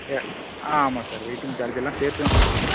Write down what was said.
ஏ ஆ ஆமாம் sir waiting சார்ஜெல்லாம் சேர்த்து தான் சொல்கிறேங்க